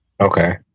Okay